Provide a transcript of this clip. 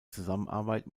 zusammenarbeit